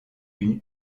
une